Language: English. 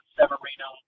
Severino